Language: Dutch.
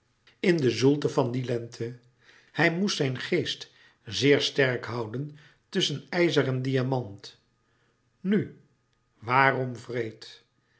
in de zoelte van die lente hij moest zijn geest zeer sterk houden tusschen ijzer en diamant nu waarom wreed